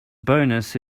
bonus